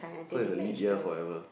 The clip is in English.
so is a leap year forever